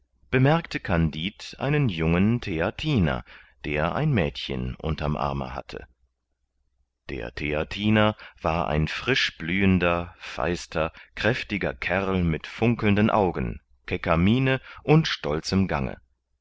bemerkte kandid einen jungen theatiner der ein mädchen unterm arme hatte der theatiner war ein frischblühender feister kräftiger kerl mit funkelnden augen kecker miene und stolzem gange